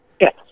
Yes